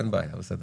אין בעיה, בסדר.